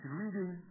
reading